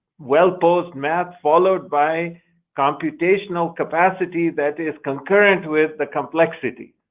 well-posed math followed by computational capacity that is concurrent with the complexity,